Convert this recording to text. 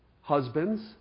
Husbands